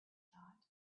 thought